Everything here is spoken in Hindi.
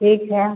ठीक है